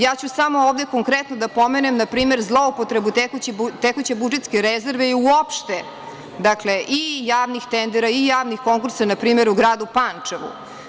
Ja ću samo ovde konkretno da pomenem npr. zloupotrebu tekuće budžetske rezerve i uopšte javnih tendera i javnih konkursa, npr. u gradu Pančevu.